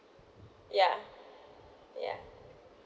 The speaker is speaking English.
ya ya